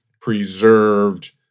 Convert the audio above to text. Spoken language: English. preserved